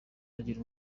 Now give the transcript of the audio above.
agira